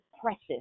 precious